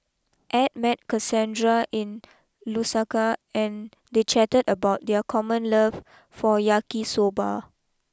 Ed met Cassandra in Lusaka and they chatted about their common love for Yaki Soba